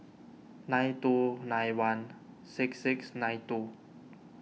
nine two nine one six six nine two